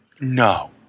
No